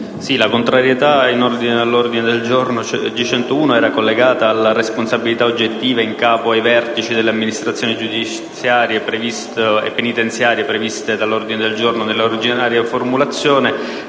la contrarietà sull'ordine del giorno G100 era collegata alla responsabilità oggettiva in capo ai vertici delle amministrazioni giudiziarie e penitenziarie prevista dall'ordine del giorno nella originaria formulazione.